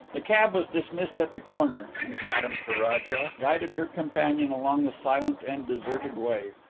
the cab was dismissed at the corner and madame ferraja guided her companion along the silent and deserted way.